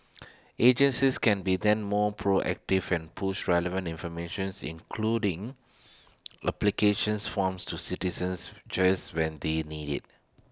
agencies can be then more proactive and push relevant informations including applications forms to citizens just when they need IT